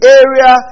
area